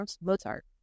Mozart